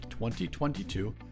2022